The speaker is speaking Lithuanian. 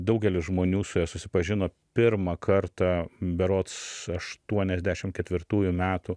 daugelis žmonių su ja susipažino pirmą kartą berods aštuoniasdešim ketvirtųjų metų